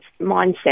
mindset